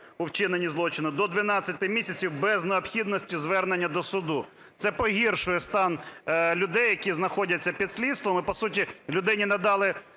у вчиненні злочину до 12 місяців без необхідності звернення до суду. Це погіршує стан людей, які знаходяться під слідством,